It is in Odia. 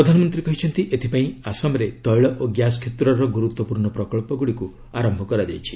ପ୍ରଧାନମନ୍ତ୍ରୀ କହିଛନ୍ତି ଏଥିପାଇଁ ଆସାମରେ ତୈଳ ଓ ଗ୍ୟାସ୍ କ୍ଷେତ୍ରର ଗୁରୁତ୍ୱପୂର୍ଣ୍ଣ ପ୍ରକଳ୍ପଗୁଡ଼ିକୁ ଆରମ୍ଭ କରାଯାଇଛି